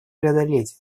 преодолеть